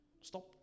Stop